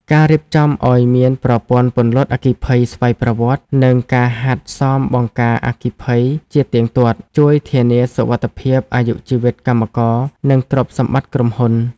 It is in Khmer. ការរៀបចំឱ្យមានប្រព័ន្ធពន្លត់អគ្គិភ័យស្វ័យប្រវត្តិ និងការហាត់សមបង្ការអគ្គិភ័យជាទៀងទាត់ ជួយធានាសុវត្ថិភាពអាយុជីវិតកម្មករ និងទ្រព្យសម្បត្តិក្រុមហ៊ុន។